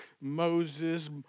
Moses